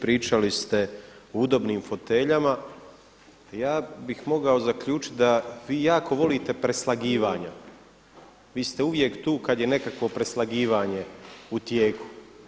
Pričali ste o udobnim foteljama, ja bih mogao zaključiti da vi jako volite preslagivanja, vi ste uvijek tu kada je nekakvo preslagivanje u tijeku.